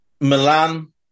Milan